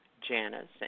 Janice